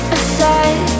aside